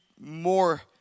more